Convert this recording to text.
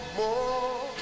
more